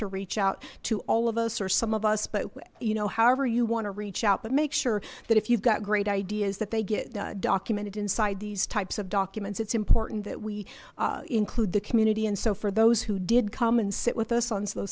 to reach out to all of us or some of us but you know however you want to reach out but make sure that if you've got great ideas that they get documented inside these types of documents it's important that we include the community and so for those who did come and sit with us on so